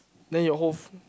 then your whole f~